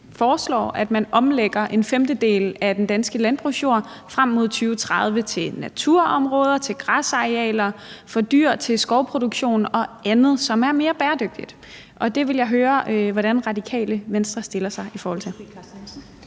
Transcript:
foreslår, at man omlægger en femtedel af den danske landbrugsjord frem mod 2030 til naturområder, til græsarealer for dyr, til skovproduktion og andet, som er mere bæredygtigt. Det vil jeg høre hvordan Radikale Venstre stiller sig til.